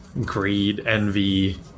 greed-envy